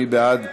מי בעד?